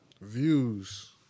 Views